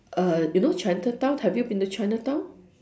uh you know chinatown have you been to chinatown